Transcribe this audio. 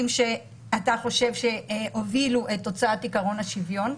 שאתה חושב שהובילו להוצאת עקרון השוויון,